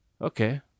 Okay